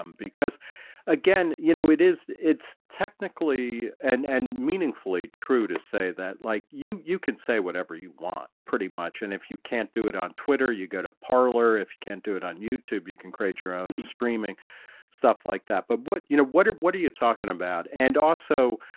um because again, you know it is it's technically and and meaningfully true to say that like you you can say whatever you want pretty much and if you can't do it on twitter you go to parlor if you can't do it on youtube you can create your own streaming stuff like that, but what you know, what what are you talking about? and also?